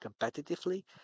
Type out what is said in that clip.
competitively